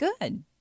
Good